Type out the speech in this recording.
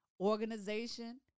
organization